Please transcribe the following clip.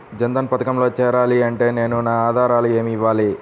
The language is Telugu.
జన్ధన్ పథకంలో చేరాలి అంటే నేను నా ఆధారాలు ఏమి ఇవ్వాలి?